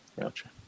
Gotcha